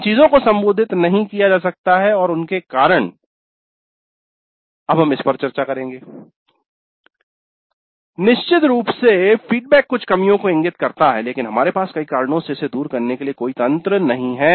जिन चीजों को संबोधित नहीं किया जा सकता है और उनके कारण इस पर चर्चा करेंगे निश्चित रूप से फीडबैक कुछ कमियों को इंगित करता है लेकिन हमारे पास कई कारणों से इसे दूर करने के लिए कोई तंत्र नहीं है